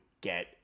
get